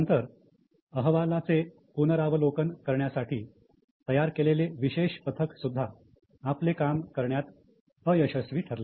नंतर अहवालाचे पुनरावलोकन करण्यासाठी तयार केलेले विशेष पथक सुद्धा आपले काम करण्यात अयशस्वी ठरले